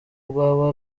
rwaba